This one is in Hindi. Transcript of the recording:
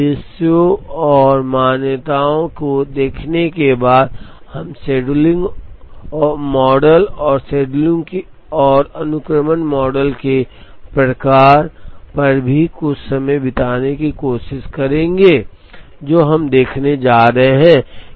अब उद्देश्यों और मान्यताओं को देखने के बाद हम शेड्यूलिंग मॉडल और शेड्यूलिंग और अनुक्रमण मॉडल के प्रकार पर भी कुछ समय बिताने की कोशिश करेंगे जो हम देखने जा रहे हैं